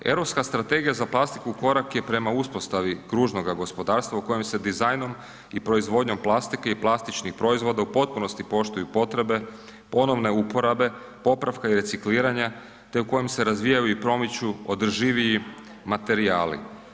Europska strategija za plastiku korak je prema uspostavi kružnoga gospodarstva u kojem se dizajnom i proizvodnjom plastike i plastičnih proizvoda u potpunosti poštuju potrebe ponovne uporabe, popravka i recikliranja te u kojem se razvijaju i promiču održiviji materijali.